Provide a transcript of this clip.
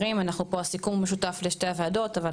נעמה לזימי (יו"ר הוועדה המיוחדת לענייני צעירים):